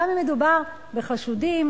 גם אם מדובר בחשודים,